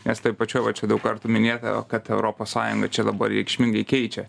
nes toj pačioj va čia daug kartų minėta kad europos sąjunga čia dabar reikšmingai keičia